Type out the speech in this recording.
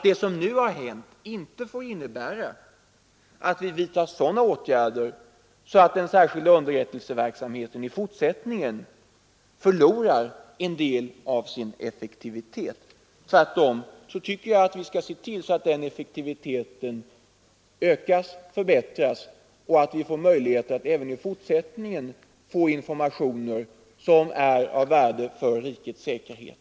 Det som nu har hänt får därför inte innebära att vi vidtar sådana åtgärder att den särskilda underrättelseverksamheten i fortsättningen förlorar en del av sin effektivitet. Tvärtom skall vi se till att den effektiviteten ökas och förbättras och att vi har möjlighet att även framdeles få informationer som är av betydelse för rikets säkerhet.